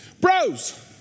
Bros